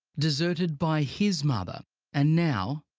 deserted by his mother and, now,